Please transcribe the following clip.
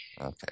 Okay